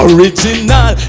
Original